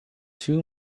two